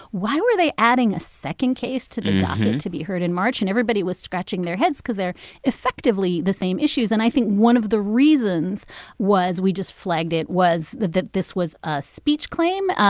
why were they adding a second case to the docket to be heard in march? and everybody was scratching their heads because they're effectively the same issues. and i think one of the reasons was we just flagged it was that this was a speech claim,